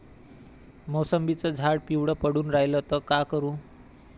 मोसंबीचं झाड पिवळं पडून रायलं त का करू?